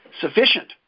sufficient